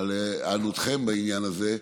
על היענותכם בעניין הזה,